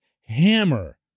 hammer